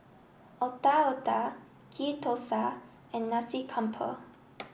Otak Otak Ghee Thosai and Nasi Campur